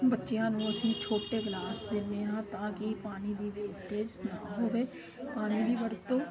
ਬੱਚਿਆਂ ਨੂੰ ਅਸੀਂ ਛੋਟੇ ਗਲਾਸ ਦਿੰਦੇ ਹਾਂ ਤਾਂ ਕਿ ਪਾਣੀ ਦੀ ਵੇਸਟੇਜ਼ ਨਾ ਹੋਵੇ ਪਾਣੀ ਦੀ ਵਰਤੋਂ